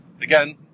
again